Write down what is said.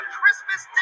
Christmas